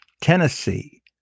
Tennessee